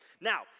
Now